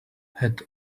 had